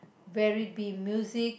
where it be music